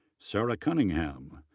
sara cunningham,